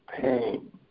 pain